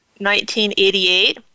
1988